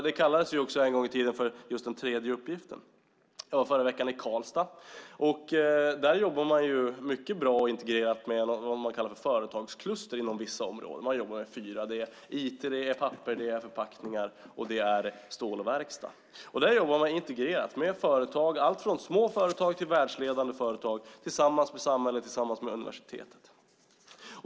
Det kallades också en gång i tiden just den tredje uppgiften. Jag var i förra veckan i Karlstad. Där jobbar man mycket bra och integrerat med vad man kallar företagskluster inom fyra områden: IT, papper, förpackningar samt stål och verkstad. Där jobbar man integrerat med allt från små företag till världsledande företag tillsammans med samhället och universitetet.